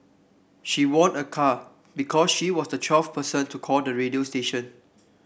she won a car because she was the twelfth person to call the radio station